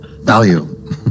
Value